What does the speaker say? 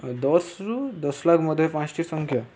ଦଶରୁ ଦଶ ଲକ୍ଷ ମଧ୍ୟ ପାଞ୍ଚୋଟି ସଂଖ୍ୟା